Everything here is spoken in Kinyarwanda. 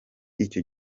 icyo